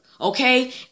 Okay